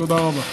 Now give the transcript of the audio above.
תודה רבה.